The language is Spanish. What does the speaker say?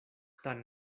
tan